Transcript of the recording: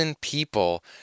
people